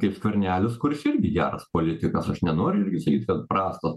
kaip skvernelis kuris irgi geras politikas aš nenoriu sakyt kad prastas